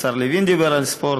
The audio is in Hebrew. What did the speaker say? השר לוין דיבר על ספורט,